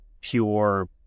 pure